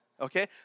Okay